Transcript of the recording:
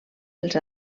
els